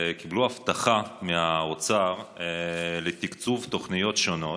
קיבלתם הבטחה מהאוצר לתקצוב תוכניות שונות,